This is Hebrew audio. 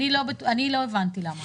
אני לא הבנתי למה.